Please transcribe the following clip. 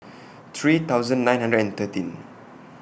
three thousand nine hundred and thirteen